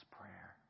prayer